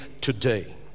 today